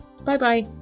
Bye-bye